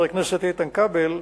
חבר הכנסת איתן כבל,